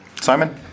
simon